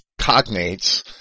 cognates